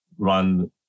run